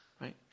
right